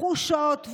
חושות,